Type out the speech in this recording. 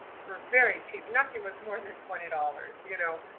for very cheap. nothing was more than twenty dollars, you know?